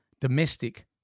domestic